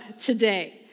today